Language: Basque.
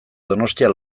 donostia